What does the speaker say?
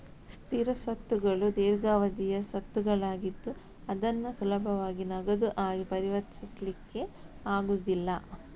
ಸ್ಥಿರ ಸ್ವತ್ತುಗಳು ದೀರ್ಘಾವಧಿಯ ಸ್ವತ್ತುಗಳಾಗಿದ್ದು ಅದನ್ನು ಸುಲಭವಾಗಿ ನಗದು ಆಗಿ ಪರಿವರ್ತಿಸ್ಲಿಕ್ಕೆ ಆಗುದಿಲ್ಲ